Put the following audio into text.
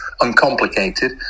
uncomplicated